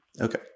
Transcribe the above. Okay